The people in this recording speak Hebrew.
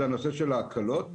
זה הנושא של ההקלות,